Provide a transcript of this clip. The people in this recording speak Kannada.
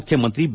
ಮುಖ್ಯಮಂತ್ರಿ ಬಿ